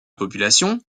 population